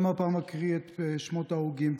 גם הפעם אקריא את שמות ההרוגים,